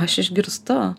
aš išgirstu